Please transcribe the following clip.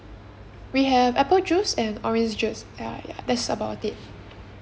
we have apple juice and orange juice ya ya that's about it